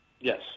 Yes